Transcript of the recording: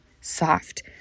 soft